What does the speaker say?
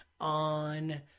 on